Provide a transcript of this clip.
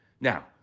Now